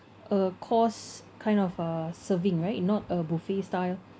a course kind of uh serving right not a buffet style